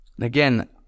Again